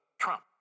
Trump